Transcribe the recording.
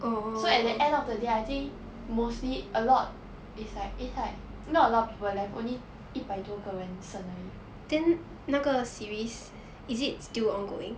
so at the end of the day I think mostly a lot it's like it's like not a lot of people left only 一百多个人剩而已